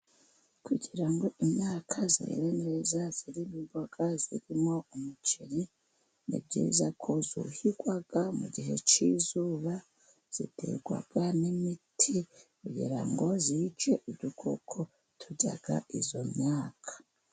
Kugira ngo imyaka izere neza harimo imboga, harimo umuceri, ni byiza ko yuhigwa . Mu gihe c'izuba iterwa imiti kugira ngo yice udukoko turya iyo myaka.